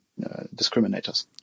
discriminators